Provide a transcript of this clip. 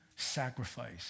sacrifice